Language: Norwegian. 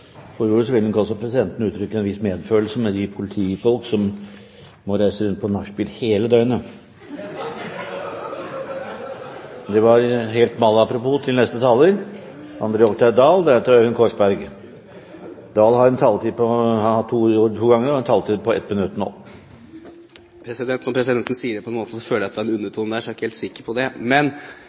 vil nok også presidenten uttrykke en viss medfølelse med de politifolk som må reise rundt på nachspiel hele døgnet. Det var helt malapropos til neste taler, André Oktay Dahl. Representanten André Oktay Dahl har hatt ordet to ganger tidligere og får ordet til en kort merknad, begrenset til 1 minutt. Når presidenten sier det på den måten, føler jeg at det var en undertone der, så jeg er ikke helt sikker på det.